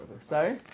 sorry